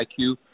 IQ